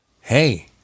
hey